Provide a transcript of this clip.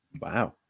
Wow